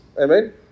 Amen